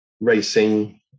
racing